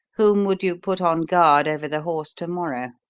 whom would you put on guard over the horse to-morrow?